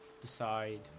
decide